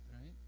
right